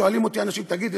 שואלים אנשים: תגיד לי,